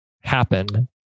happen